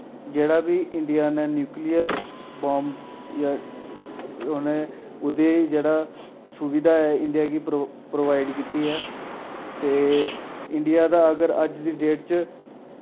जेह्ड़ा बी इंडिया ने न्युक्लियर बम्ब जां उ'नें उदे जेह्ड़ा सुविधा ऐ इंडिया गी प्रो प्रोवाइड कीती ऐ ते इंडिया दा अगर अज्ज दी डेट च